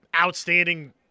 outstanding